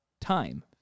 time